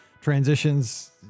transitions